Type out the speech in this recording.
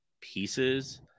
pieces